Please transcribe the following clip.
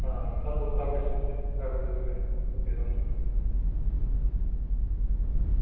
साढ़े कोल सारा इत्थें अबेलएबल ऐ